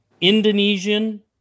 Indonesian